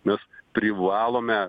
mes privalome